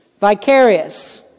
Vicarious